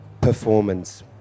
performance